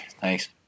Thanks